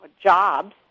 jobs